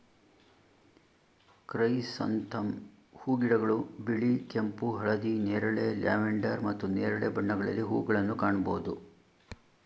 chrysanthemum ಹೂಗಿಡಗಳು ಬಿಳಿ, ಕೆಂಪು, ಹಳದಿ, ನೇರಳೆ, ಲ್ಯಾವೆಂಡರ್ ಮತ್ತು ನೇರಳೆ ಬಣ್ಣಗಳಲ್ಲಿ ಹೂಗಳನ್ನು ಕಾಣಬೋದು